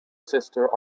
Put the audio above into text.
sister